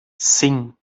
sim